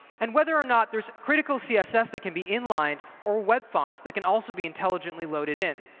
and whether or not there's critical css that can be inline, or web fonts that can also be intelligently loaded in.